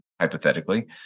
hypothetically